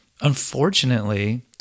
unfortunately